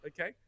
Okay